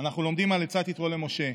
אנחנו לומדים על עצת יתרו למשה: